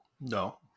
No